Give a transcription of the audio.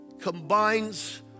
combines